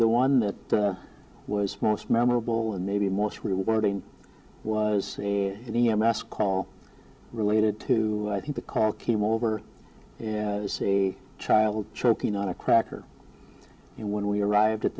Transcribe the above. the one that was most memorable and maybe most rewarding in e m s call related to i think the call came over and i see child choking on a cracker and when we arrived at